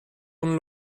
اون